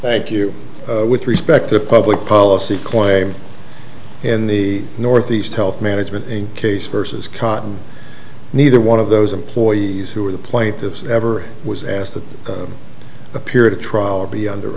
thank you with respect to a public policy claim in the northeast health management a case vs cotton neither one of those employees who are the plaintiffs ever was asked to appear at a trial or be under